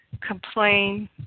complain